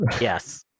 Yes